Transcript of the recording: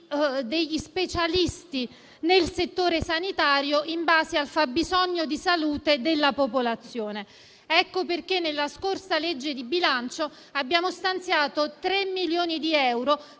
degli specialisti nel settore sanitario in base al fabbisogno di salute della popolazione. Per questo nella scorsa legge di bilancio abbiamo stanziato 3 milioni per